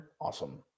Awesome